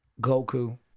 Goku